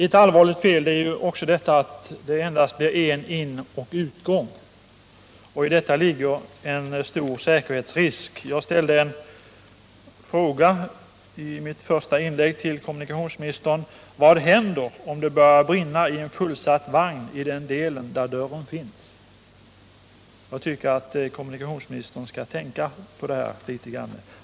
Ett allvarligt fel är också att det endast blir en inoch utgång. I detta ligger en stor säkerhetsrisk. Jag ställde en fråga i mitt första inlägg till kommunikationsministern: Vad händer om det börjar brinna i en fullsatt vagn i den del där dörren finns? Jag tycker att kommunikationsministern skall tänka på det litet grand.